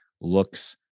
looks